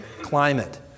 climate